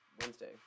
Wednesday